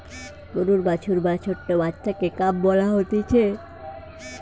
গরুর বাছুর বা ছোট্ট বাচ্চাকে কাফ বলা হতিছে